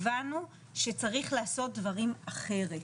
הבנו שצריך לעשות דברים אחרת.